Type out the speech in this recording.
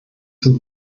zur